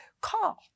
Call